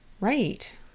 Right